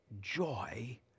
joy